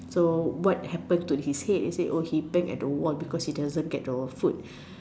so what happened to his head he say oh he Bang at the wall because he doesn't get your food